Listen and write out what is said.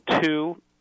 two